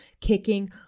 kicking